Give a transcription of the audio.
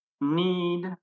need